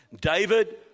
David